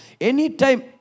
Anytime